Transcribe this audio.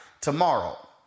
tomorrow